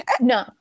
No